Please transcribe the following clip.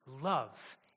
love